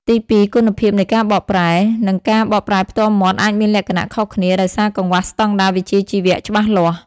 ទីពីរ គុណភាពនៃការបកប្រែ និងការបកប្រែផ្ទាល់មាត់អាចមានលក្ខណៈខុសគ្នា ដោយសារកង្វះស្តង់ដារវិជ្ជាជីវៈច្បាស់លាស់។